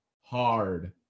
hard